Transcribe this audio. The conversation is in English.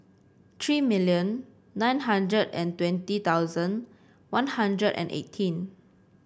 three million nine hundred and twenty hundred One Hundred and eighteen